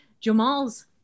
Jamal's